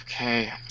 Okay